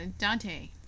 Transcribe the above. Dante